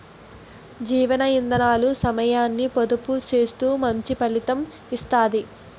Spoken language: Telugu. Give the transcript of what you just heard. జీవ ఇందనాలు సమయాన్ని పొదుపు సేత్తూ మంచి ఫలితం ఇత్తది